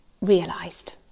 realised